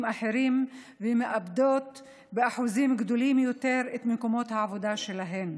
אחרים ומאבדות באחוזים גדולים יותר את מקומות העבודה שלהן.